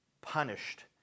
punished